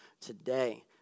today